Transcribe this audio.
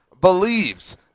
believes